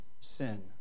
sin